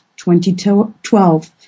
2012